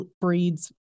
breeds